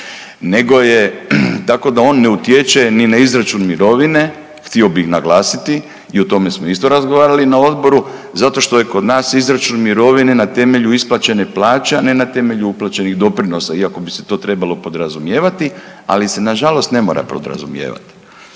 nego je, tako da on ne utječe ni na izračun mirovine, htio bih naglasiti i o tome smo isto razgovarali na Odboru, zato što je kod nas izračun mirovine na temelju isplaćene plaće, a ne na temelju uplaćenih doprinosa, iako bi se to trebalo podrazumijevati, ali se nažalost ne mora podrazumijevati.